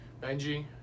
Benji